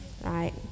Right